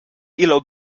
illo